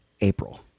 April